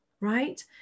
right